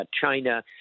China